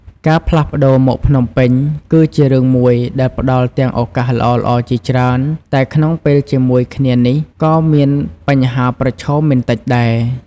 ការផ្លាស់ប្ដូរមកភ្នំពេញ គឺជារឿងមួយដែលផ្ដល់ទាំងឱកាសល្អៗជាច្រើន តែក្នុងពេលជាមួយគ្នានេះ ក៏មានបញ្ហាប្រឈមមិនតិចដែរ។